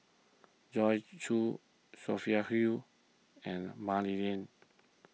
Joyce Jue Sophia Hull and Mah Li Lian